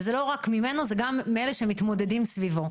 וזה לא רק ממנו, זה גם מאלה שמתמודדים סביבו.